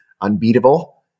Unbeatable